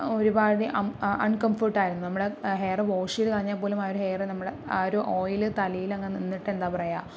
ഒരുമാതിരി um un comfort ആയിരുന്നു നമ്മുടെ ഹെയർ വാഷ് ചെയ്ത് കളഞ്ഞാൽ പോലും ആ ഒരു ഹെയർ നമ്മുടെ ആ ഒരു ഓയിൽ തലയിൽ അങ്ങ് നിന്നിട്ട് എന്താ പറയുക